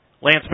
Lance